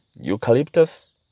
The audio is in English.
Eucalyptus